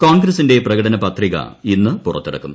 കോൺഗ്രസ്സിന്റെ പ്രകടനപ്ത്രിക് ഇന്ന് പുറത്തിറക്കും